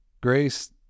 grace